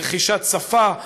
לרכישת שפה,